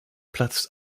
platzt